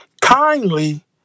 kindly